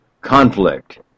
conflict